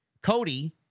Cody